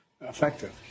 effective